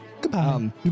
Goodbye